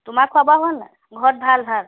তোমাৰ খােৱা বোৱা হ'ল নাই ঘৰত ভাল ভাল